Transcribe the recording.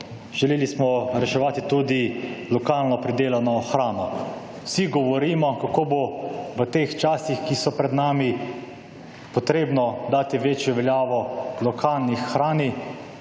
želeli smo reševati tudi lokalno pridelano hrano. Vsi govorimo, kako bo v teh časih, ki so pred nami, potrebno dati večjo veljavo lokalnih hrani,